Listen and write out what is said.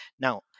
Now